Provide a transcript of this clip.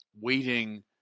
waiting